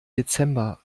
dezember